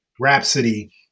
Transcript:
Rhapsody